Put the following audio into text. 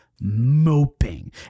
moping